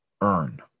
earn